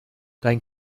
dein